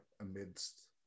amidst